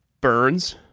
burns